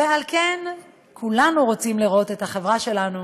ורק בגלל שהן נשים, מתעללים בהן,